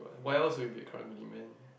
why else would you be a karang-guni man